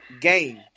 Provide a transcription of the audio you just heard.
game